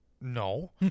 no